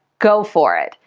go for it!